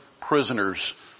prisoners